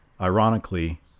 Ironically